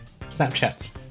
snapchats